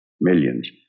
millions